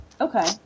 Okay